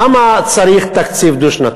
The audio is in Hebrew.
למה צריך תקציב דו-שנתי?